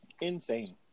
insane